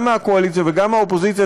גם מהקואליציה וגם מהאופוזיציה,